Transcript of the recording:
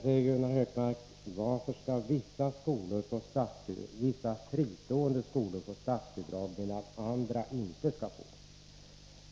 Gunnar Hökmark frågar varför vissa fristående skolor skall få statsbidrag medan andra inte skall få det.